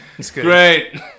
Great